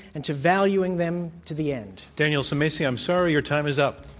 and to valuing them to the end. daniel sulmasy, i'm sorry your time is up.